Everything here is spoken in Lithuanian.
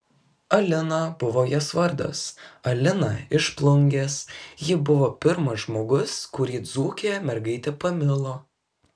alina buvo jos vardas alina iš plungės ji buvo pirmas žmogus kurį dzūkė mergaitė pamilo